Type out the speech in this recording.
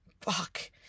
Fuck